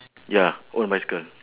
ya own bicycle